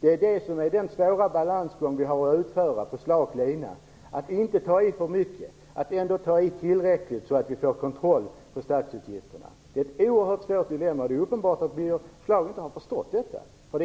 Det är det som är den svåra balansgång vi har att utföra på slak lina, att inte ta i för mycket, men att ändå ta i tillräckligt, så att vi får kontroll på statsutgifterna. Det är ett oerhört svårt dilemma. Det är uppenbart att Birger Schlaug inte har förstått detta. Det